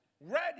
ready